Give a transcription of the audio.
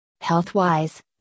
health-wise